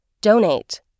Donate